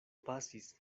pasis